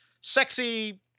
sexy